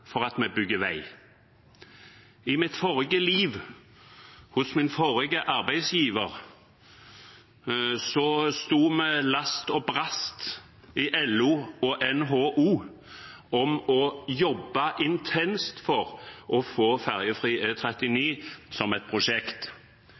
til at vi bygger vei. I mitt forrige liv, hos min forrige arbeidsgiver, sto vi last og brast i LO og NHO om å jobbe intenst for å få